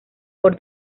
por